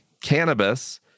cannabis